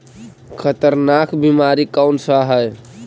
खतरनाक बीमारी कौन सा है?